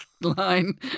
line